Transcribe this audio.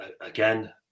again